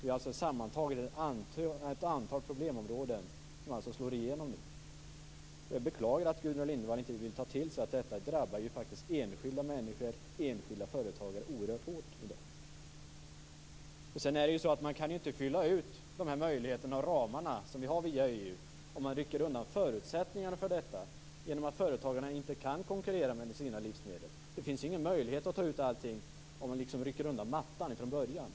Det är alltså sammantaget ett antal problemområden som slår igenom nu. Jag beklagar att Gudrun Lindvall inte vill ta till sig att detta faktiskt drabbar enskilda människor och enskilda företagare oerhört hårt i dag. Man kan inte fylla ut de här möjligheterna och ramarna som vi har via EU om man rycker undan förutsättningarna för detta genom att företagarna inte kan konkurrera med sina livsmedel. Det finns ingen möjlighet att ta ut allting om man liksom rycker undan mattan ifrån början.